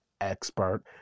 expert